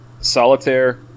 Solitaire